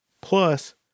Plus